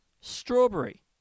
Strawberry